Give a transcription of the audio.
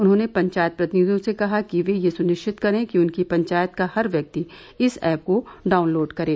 उन्होंने पंचायत प्रतिनिधियों से कहा कि वे यह सुनिश्चित करें कि उनकी पंचायत का हर व्यक्ति इस ऐप को डाउनलोड करे